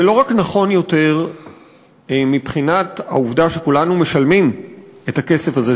זה לא רק נכון יותר מבחינת העובדה שכולנו משלמים את הכסף הזה,